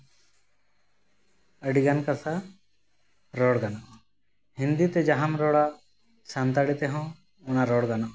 ᱟᱹᱰᱤᱜᱟᱱ ᱠᱟᱛᱷᱟ ᱨᱚᱲ ᱜᱟᱱᱚᱜᱼᱟ ᱦᱤᱱᱫᱤᱛᱮ ᱡᱟᱦᱟᱢ ᱨᱚᱲᱟ ᱥᱟᱱᱛᱟᱲᱤ ᱛᱮᱦᱚᱸ ᱚᱱᱟ ᱨᱚᱲ ᱜᱟᱱᱚᱜᱼᱟ